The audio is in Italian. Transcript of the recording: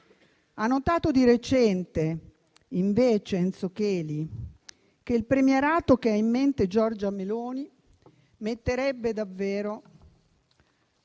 Ha notato di recente invece Enzo Cheli che il premierato che ha in mente Giorgia Meloni ridurrebbe davvero